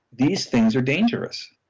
these things are dangerous.